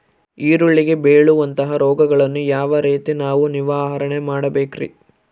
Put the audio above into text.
ಈರುಳ್ಳಿಗೆ ಬೇಳುವಂತಹ ರೋಗಗಳನ್ನು ಯಾವ ರೇತಿ ನಾವು ನಿವಾರಣೆ ಮಾಡಬೇಕ್ರಿ?